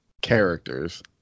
characters